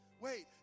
Wait